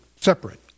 separate